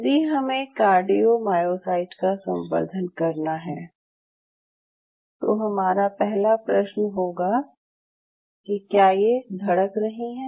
यदि हमे कार्डियोमायोसाईट का संवर्धन करना है तो हमारा पहला प्रश्न होगा कि क्या ये धड़क रही हैं